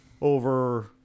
Over